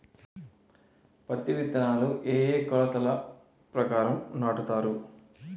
పత్తి విత్తనాలు ఏ ఏ కొలతల ప్రకారం నాటుతారు?